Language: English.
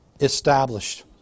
established